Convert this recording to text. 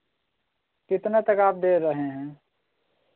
कितना तक आप दे रहे हैं